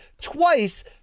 twice